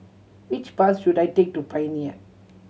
which bus should I take to Pioneer